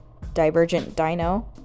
DivergentDino